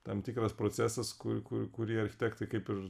tam tikras procesas kur kur kurį architektai kaip ir